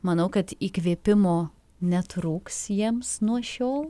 manau kad įkvėpimo netrūks jiems nuo šiol